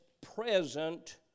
present